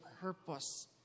purpose